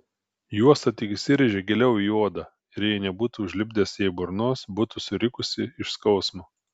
juosta tik įsirėžė giliau į odą ir jei nebūtų užlipdęs jai burnos būtų surikusi iš skausmo